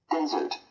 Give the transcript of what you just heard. Desert